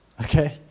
Okay